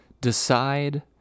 Decide